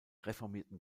reformierten